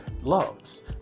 loves